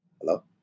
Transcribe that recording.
hello